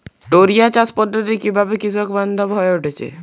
টোরিয়া চাষ পদ্ধতি কিভাবে কৃষকবান্ধব হয়ে উঠেছে?